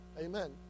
Amen